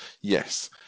Yes